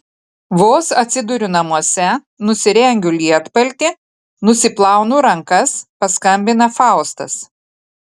vos atsiduriu namuose nusirengiu lietpaltį nusiplaunu rankas paskambina faustas